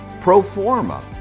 proforma